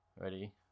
ready